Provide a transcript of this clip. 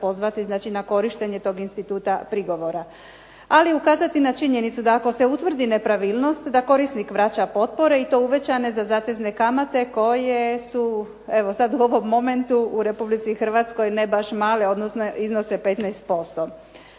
znači na korištenje tog instituta prigovora. Ali ukazati na činjenicu da ako se utvrdi nepravilnost, da korisnik vraća potpore i to uvećane za zatezne kamate koje su, evo sad u ovom momentu u Republici Hrvatskoj ne baš male, odnosno iznose 15%.